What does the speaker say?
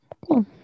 Cool